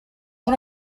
bon